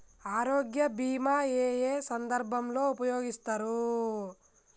ఆరోగ్య బీమా ఏ ఏ సందర్భంలో ఉపయోగిస్తారు?